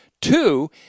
Two